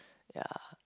ya